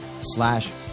slash